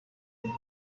been